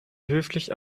höflich